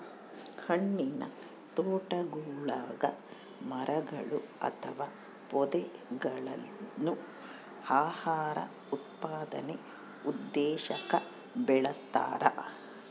ಹಣ್ಣಿನತೋಟಗುಳಗ ಮರಗಳು ಅಥವಾ ಪೊದೆಗಳನ್ನು ಆಹಾರ ಉತ್ಪಾದನೆ ಉದ್ದೇಶಕ್ಕ ಬೆಳಸ್ತರ